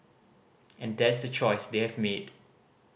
and that's the choice they have made